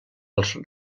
els